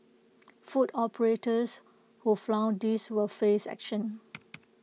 food operators who flout this will face action